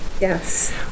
Yes